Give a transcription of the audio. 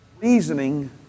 reasoning